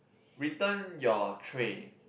return your tray